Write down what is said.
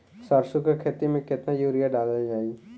सरसों के खेती में केतना यूरिया डालल जाई?